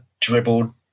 dribbled